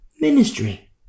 Ministry